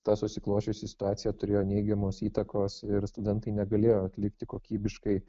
ta susiklosčiusi situacija turėjo neigiamos įtakos ir studentai negalėjo atlikti kokybiškai